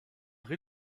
rez